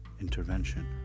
intervention